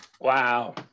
wow